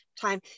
time